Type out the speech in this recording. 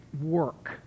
work